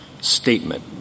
statement